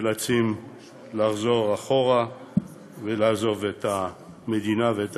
נאלצים לחזור אחורה ולעזוב את המדינה ואת